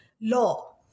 law